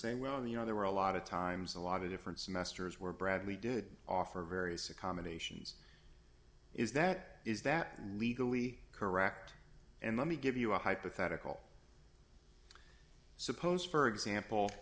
saying well you know there were a lot of times a lot of different semesters where bradley did offer various accommodations is that is that legally correct and let me give you a hypothetical suppose for example